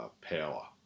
power